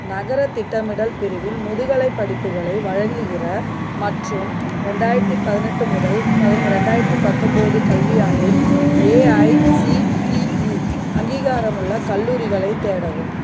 நகரத் திட்டமிடல் பிரிவில் முதுகலைப் படிப்புகளை வழங்கிற மற்றும் இரண்டாயிரத்து பதினெட்டு முதல் இரண்டாயிரத்து பத்தொன்பது கல்வியாண்டில் ஏஐசிடிஇ அங்கீகாரமுள்ள கல்லூரிகளைத் தேடவும்